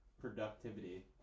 productivity